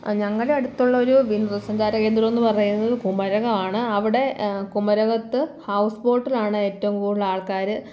ഞങ്ങളുടെ അടുത്തുള്ള ഒരു വിനോദസഞ്ചാര കേന്ദ്രമെന്ന് പറയുന്നത് കുമരകമാണ് അവിടെ കുമരകത്ത് ഹൗസ് ബോട്ടിലാണ് ഏറ്റവും കൂടുതൽ ആൾക്കാർ